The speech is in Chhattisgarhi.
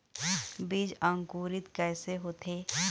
बीज अंकुरित कैसे होथे?